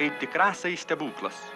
kai tik rasai stebuklas